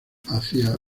hacia